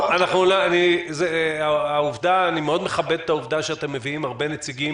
אני מאוד מכבד את העובדה שאתם מביאים הרבה נציגים